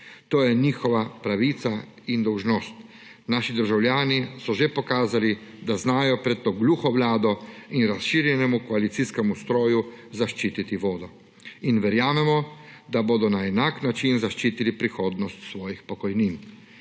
To je njihova pravica in dolžnost. Naši državljani so že pokazali, da znajo pred to gluho vlado in razširjenemu koalicijskemu stroju zaščititi vodo. In verjamemo, da bodo na enak način zaščitili prihodnost svojih pokojnin.